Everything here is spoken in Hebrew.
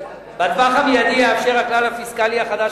בטווח המיידי יאפשר הכלל הפיסקלי החדש